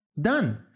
done